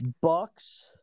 Bucks